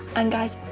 and guys,